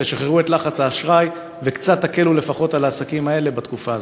תשחררו את לחץ האשראי וקצת תקלו לפחות על העסקים האלה בתקופה הזאת.